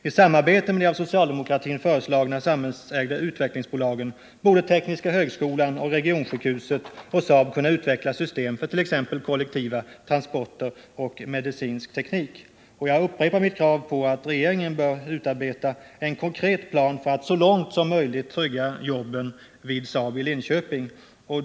I samarbete med de av socialdemokratin föreslagna samhällsägda utvecklingsbolagen borde tekniska högskolan, regionsjukhuset och Saab kunna utveckla system för exempelvis kollektiva transporter och medicinsk teknik. Jag upprepar mitt krav på att regeringen bör utarbeta en konkret plan för att så långt som möjligt trygga jobben vid Saab i Linköping.